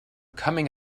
coming